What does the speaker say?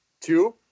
two